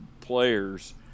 players